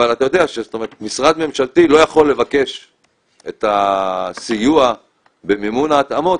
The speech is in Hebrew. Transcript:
אבל משרד ממשלתי לא יכול לבקש את הסיוע במימון ההתאמות,